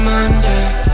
Monday